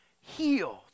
healed